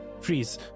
freeze